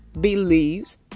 believes